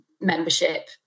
membership